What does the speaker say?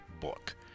book